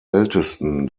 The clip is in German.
ältesten